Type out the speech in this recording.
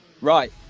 Right